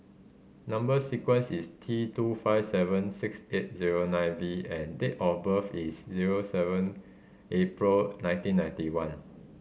number sequence is T two five seven six eight zero nine V and date of birth is zero seven April nineteen ninety one